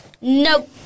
nope